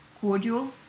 cordial